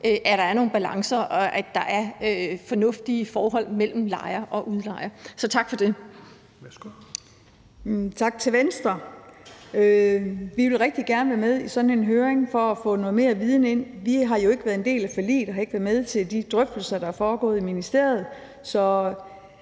at der er nogle balancer, og at der er fornuftige forhold mellem lejer og udlejer. Så tak for det.